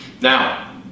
Now